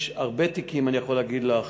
יש הרבה תיקים, אני יכול להגיד לך,